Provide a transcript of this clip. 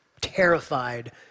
terrified